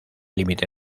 límite